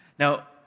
Now